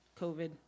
COVID